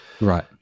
Right